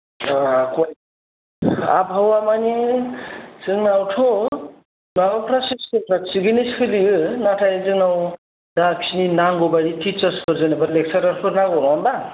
ओ क्वालिति आबहावा माने जोंनावथ' माबाफ्रा सिस्टेमफ्रा थिगैनो सोलियो नाथाय जोंनाव जाखिनि नांगौबायदि टिचार्सफोर जेनेबा लेक्सारारफोर नांगौ नङा होमबा